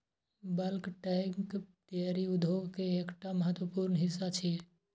bulk tank dairy उद्योग के एकटा महत्वपूर्ण हिस्सा छियै